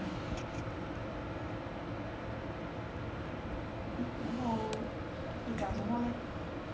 um um 然后讲什么 leh